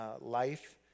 life